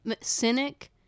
Cynic